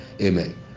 amen